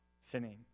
sinning